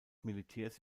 militärs